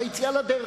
ביציאה לדרך,